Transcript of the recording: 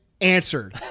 answered